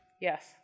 yes